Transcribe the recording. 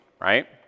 right